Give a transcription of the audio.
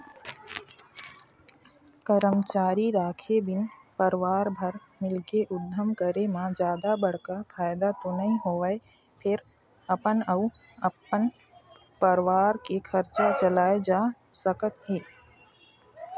करमचारी राखे बिन परवार भर मिलके उद्यम करे म जादा बड़का फायदा तो नइ होवय फेर अपन अउ अपन परवार के खरचा चलाए जा सकत हे